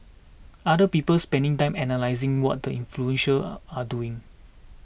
other people spending time analysing what the influential are are doing